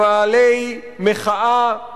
למאהלי מחאה,